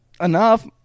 Enough